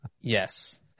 Yes